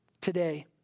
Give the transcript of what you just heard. today